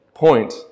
point